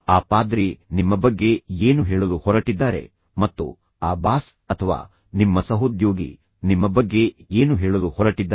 ಆ ಪಾದ್ರಿ ನಿಮ್ಮ ಬಗ್ಗೆ ಏನು ಹೇಳಲು ಹೊರಟಿದ್ದಾರೆ ಮತ್ತು ಆ ಬಾಸ್ ಅಥವಾ ನಿಮ್ಮ ಸಹೋದ್ಯೋಗಿ ನಿಮ್ಮ ಬಗ್ಗೆ ಏನು ಹೇಳಲು ಹೊರಟಿದ್ದಾರೆ